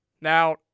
Now